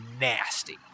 nasty